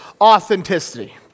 authenticity